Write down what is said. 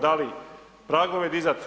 Da li pragove dizati?